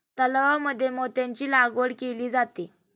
तलावांमध्ये मोत्यांची लागवड केली जाते